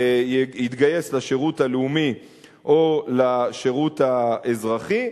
יתגייס לשירות הלאומי או לשירות האזרחי.